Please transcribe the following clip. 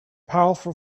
powerful